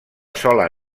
sola